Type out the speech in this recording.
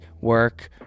work